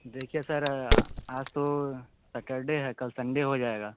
देखिये सर आज तो सैटरडे है कल सन्डे हो जाएगा